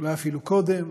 אולי אפילו קודם,